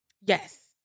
yes